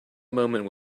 moment